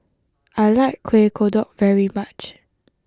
I like Kueh Kodok very much